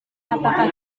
apakah